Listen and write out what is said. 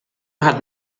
hat